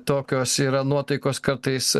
tokios yra nuotaikos kartais